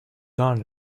done